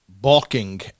balking